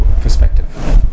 perspective